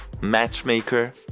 matchmaker